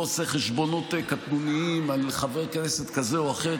לא עושה חשבונות קטנוניים על חבר כנסת כזה או אחר.